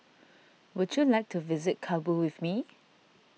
would you like to visit Kabul with me